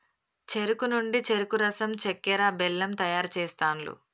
చెరుకు నుండి చెరుకు రసం చెక్కర, బెల్లం తయారు చేస్తాండ్లు